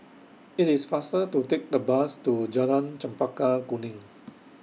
IT IS faster to Take The Bus to Jalan Chempaka Kuning